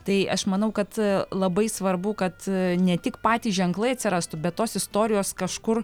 tai aš manau kad labai svarbu kad ne tik patys ženklai atsirastų bet tos istorijos kažkur